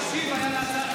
להשיב על הצעת חוק.